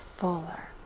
fuller